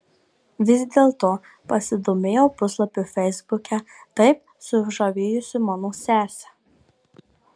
vis dėlto pasidomėjau puslapiu feisbuke taip sužavėjusiu mano sesę